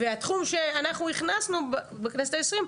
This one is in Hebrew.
התחום שאנחנו הכנסנו בכנסת ה-20,